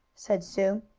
said sue.